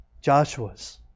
Joshua's